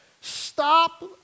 Stop